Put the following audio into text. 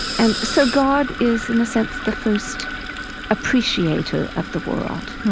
and so god is, in a sense, the first appreciator of the world,